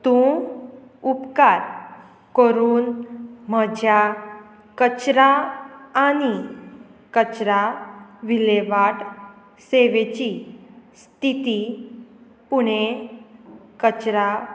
तूं उपकार करून म्हज्या कचरा आनी कचरा विलेवाट सेवेची स्थिती पुणे कचरा